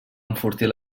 enfortir